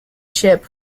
chip